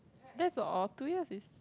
that's all two years is